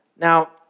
Now